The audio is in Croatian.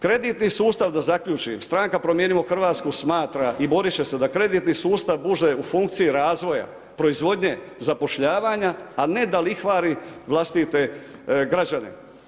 Kreditni sustav da zaključim, stranka Promijenimo Hrvatsku smatra i borit će se da kreditni sustav bude u funkciji razvoja, proizvodnje, zapošljavanja, a ne da lihvari vlastite građane.